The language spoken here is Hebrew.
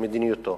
מדיניותו?